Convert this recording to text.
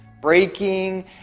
breaking